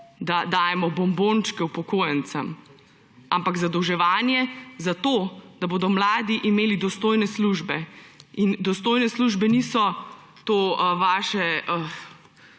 da dajemo bombončke upokojencem, ampak zadolževanje za to, da bodo mladi imeli dostojne službe. In dostojne službe ni to vaše,